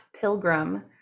pilgrim